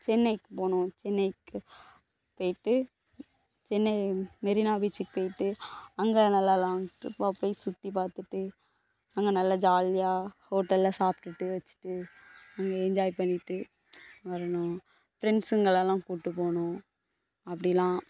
சென்னை போகணும் சென்னைக்கு போய்ட்டு சென்னை மெரினா பீச்சுக்கு போய்ட்டு அங்கே நல்லா லாங் ட்ரிப்பாக போய் சுத்திப்பார்த்துட்டு அங்கே நல்ல ஜாலியாக ஹோட்டல்ல சாப்பிட்டுட்டு வச்சிட்டு அங்கே என்ஜாய் பண்ணிட்டு வரணும் ஃப்ரெண்ட்ஸுங்களெல்லாம் கூப்பிட்டு போகணும் அப்படிலாம்